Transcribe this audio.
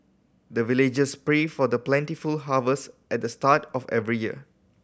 the villagers pray for plentiful harvest at the start of every year